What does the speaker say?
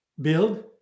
Build